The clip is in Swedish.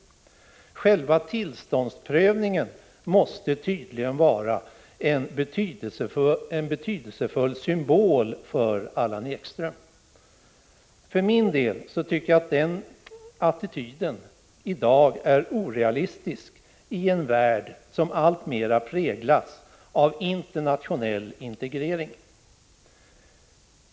Själva tillståndsprövningen måste tydligen vara en betydelsefull symbol för Allan Ekström. Jag tycker att den attityden i dag är orealistisk, i en värld som alltmera präglas av internationell integrering.